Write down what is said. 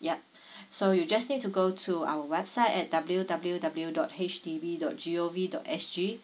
yup so you just need to go to our website at W W W dot H D B dot G O V dot S G